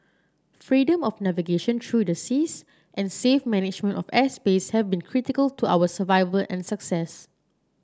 freedom of navigation through the seas and safe management of airspace have been critical to our survival and success